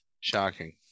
shocking